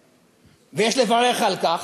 ויש לברך על כך,